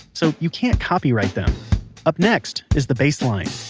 so you can't copyright them up next is the bass line.